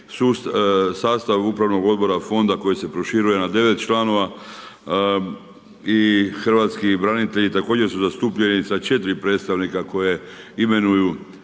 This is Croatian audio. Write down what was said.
sastav upravnog odbora Fonda koji se proširuje na 9 članova i hrvatski branitelji također su zastupljeni sa 4 predstavnika koje imenuju